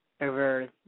over